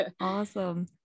awesome